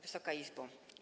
Wysoka Izbo!